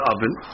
Oven